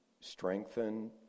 strengthen